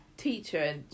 teacher